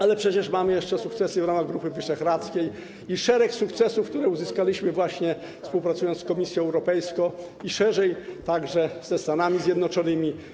Ale przecież mamy jeszcze sukcesy w ramach Grupy Wyszehradzkiej i szereg sukcesów, które uzyskaliśmy współpracując właśnie z Komisją Europejską i szerzej, także ze Stanami Zjednoczonymi.